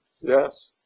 Yes